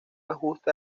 ajuste